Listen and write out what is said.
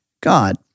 God